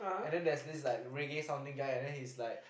and then there's this like reggae sounding guy and then he's like